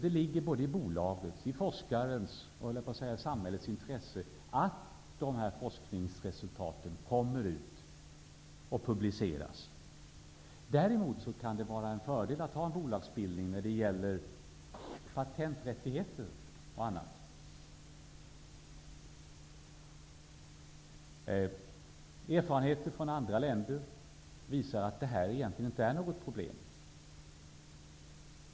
Det ligger i bolagens, forskarens och samhällets intresse att forskningsresultaten publiceras. Däremot kan det vara en fördel med en bolagsbildning i fråga om patenträttigheter osv. Erfarenheterna från andra länder visar att detta egentligen inte är något problem.